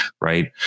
Right